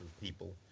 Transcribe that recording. people